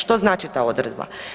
Što znači ta odredba?